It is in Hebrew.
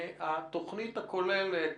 התוכנית הכוללת,